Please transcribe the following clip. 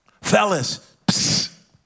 Fellas